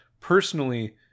personally